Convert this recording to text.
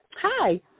hi